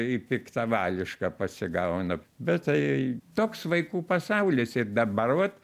į piktavališką pasigauna bet tai toks vaikų pasaulis ir dabar vat